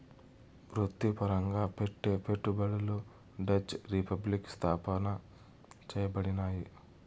వృత్తిపరంగా పెట్టే పెట్టుబడులు డచ్ రిపబ్లిక్ స్థాపన చేయబడినాయి